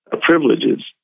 privileges